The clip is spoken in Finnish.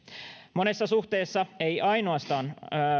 monessa suhteessa